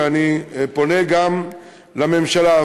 ואני פונה גם לממשלה,